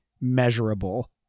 measurable